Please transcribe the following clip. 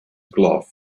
glove